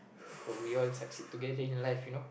I hope we all succeed together in life you know